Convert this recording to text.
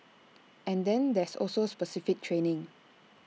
and then there's also specific training